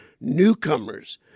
newcomers